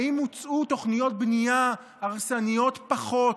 האם הוצעו תוכניות בנייה הרסניות פחות,